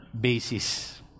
basis